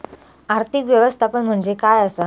आर्थिक व्यवस्थापन म्हणजे काय असा?